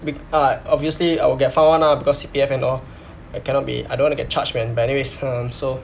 we ah obviously I will get fucked [one] lah because C_P_F and all I cannot be I don't wanna get charged man but anyways um so